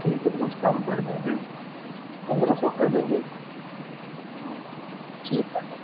ठीक है तो कुछ कम कर देंगे पन्द्रह सौ कर देंगे ठीक है ना